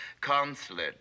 Consulate